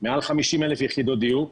שבאה על מנת להסדיר את הבתים הקיימים.